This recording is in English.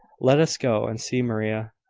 let us go and see maria,